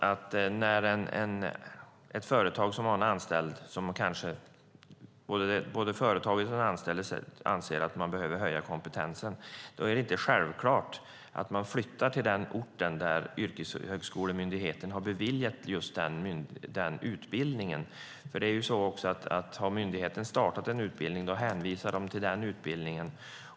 När både företaget och den anställde anser att kompetensen behöver höjas är det inte självklart att flytta till den ort där Yrkeshögskolemyndigheten beviljat utbildningen i fråga. Har myndigheten startat en utbildning hänvisar den nämligen till den utbildningen.